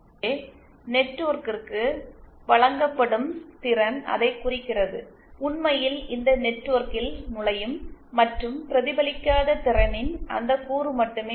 எனவே நெட்வொர்க்கிற்கு வழங்கப்படும் திறன் அதைக் குறிக்கிறது உண்மையில் இந்த நெட்வொர்க்கில் நுழையும் மற்றும் பிரதிபலிக்காத திறனின் அந்த கூறு மட்டுமே அது